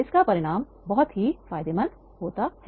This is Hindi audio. इसका परिणाम बहुत ही फायदेमंद है